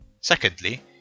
Secondly